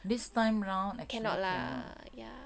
this time round I think cannot